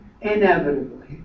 inevitably